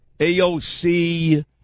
AOC